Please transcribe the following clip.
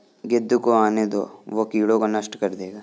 गिद्ध को आने दो, वो कीड़ों को नष्ट कर देगा